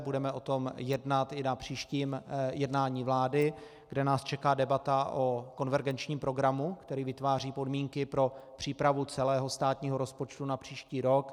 Budeme o tom jednat i na příštím jednání vlády, kde nás čeká debata o konvergenčním programu, který vytváří podmínky pro přípravu celého státního rozpočtu na příští rok.